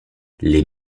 les